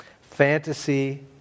fantasy